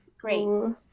Great